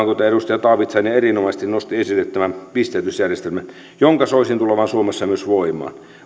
kuten edustaja taavitsainen erinomaisesti nosti esille tämän pisteytysjärjestelmän jonka soisin tulevan suomessa myös voimaan